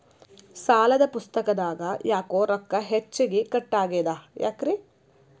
ಸಾಲದ ಪುಸ್ತಕದಾಗ ಯಾಕೊ ರೊಕ್ಕ ಹೆಚ್ಚಿಗಿ ಕಟ್ ಆಗೆದ ಯಾಕ್ರಿ?